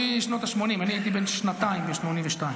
כבר הארכתי יותר מדי.